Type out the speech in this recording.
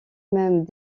mène